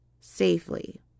safely